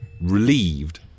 Relieved